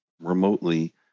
remotely